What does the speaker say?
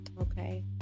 Okay